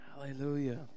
Hallelujah